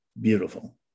beautiful